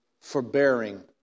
forbearing